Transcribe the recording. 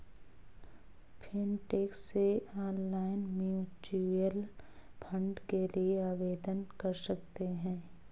fintech से online mutual fund के लिए आवेदन कर सकते हैं